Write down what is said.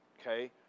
Okay